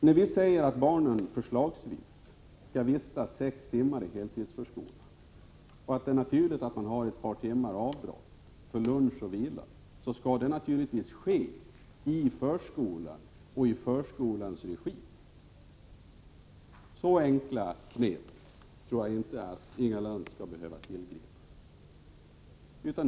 När vi säger att barnen förslagsvis skall vistas 6 timmar i heltidsförskolan och att det är naturligt med ett par timmars avbrott för lunch och vila, menar vi naturligtvis att detta skall genomföras i förskolans regi. Så enkla knep behöver Inga Lantz inte tillgripa.